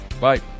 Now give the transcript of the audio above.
bye